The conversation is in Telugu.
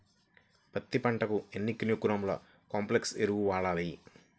పత్తి పంటకు ఎన్ని కిలోగ్రాముల కాంప్లెక్స్ ఎరువులు వాడాలి?